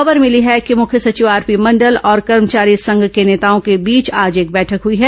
खबर मिली है कि मुख्य सचिव आरपी मंडल और कर्मचारी संघ के नेताओं के बीच आज एक बैठक हुई है